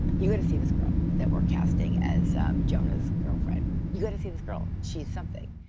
you've gotta see this girl that we're casting as jonah's girlfriend. you've gotta see this girl, she's something.